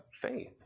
faith